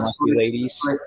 ladies